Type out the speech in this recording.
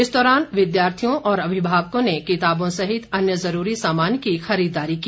इस दौरान विद्यार्थियों और अभिभावकों ने किताबों सहित अन्य ज़रूरी सामान की खरीददारी की